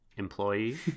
Employee